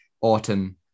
autumn